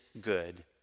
good